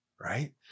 Right